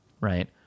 right